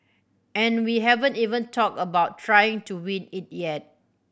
and we haven't even talked about trying to win it yet